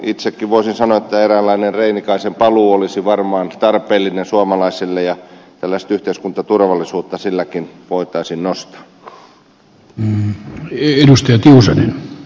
itsekin voisin sanoa että eräänlainen reinikaisen paluu olisi varmaan tarpeellinen suomalaisille ja tällaista yhteiskuntaturvallisuutta silläkin voitaisiin nostaa